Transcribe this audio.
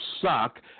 suck